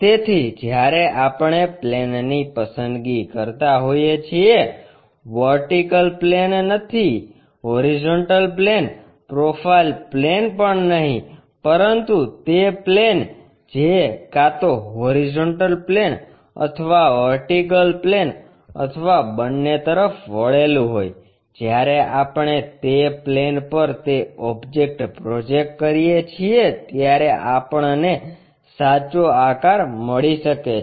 તેથી જ્યારે આપણે પ્લેનની પસંદગી કરતા હોઈએ છીએ વર્ટિકલ પ્લેન નહીં હોરીઝોન્ટલ પ્લેન પ્રોફાઇલ પ્લેન પણ નહીં પરંતુ તે પ્લેન જે કાં તો હોરીઝોન્ટલ પ્લેન અથવા વર્ટિકલ પ્લેન અથવા બંને તરફ વળેલું હોય જ્યારે આપણે તે પ્લેન પર તે ઓબ્જેક્ટ પ્રોજેક્ટ કરીએ છીએ ત્યારે આપણને સાચો આકાર મળી શકે છે